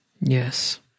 Yes